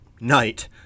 night